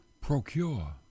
procure